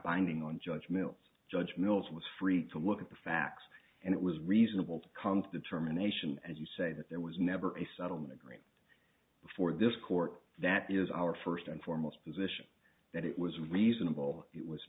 binding on judge mills judge mills was free to look at the facts and it was reasonable to come to determination as you say that there was never a settlement agreement before this court that is our first and foremost position that it was reasonable it was